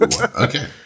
Okay